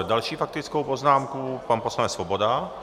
Další faktickou poznámku, pan poslanec Svoboda.